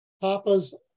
Papa's